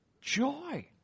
joy